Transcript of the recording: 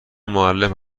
معلم